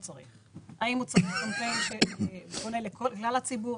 צריך האם הוא צריך קמפיין שפונה לכלל הציבור,